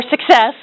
success